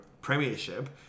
premiership